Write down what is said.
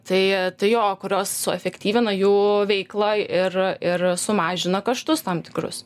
tai tai jo kurios suefektyvina jų veiklą ir ir sumažina kaštus tam tikrus